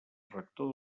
rector